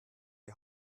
die